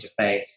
interface